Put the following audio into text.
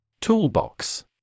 Toolbox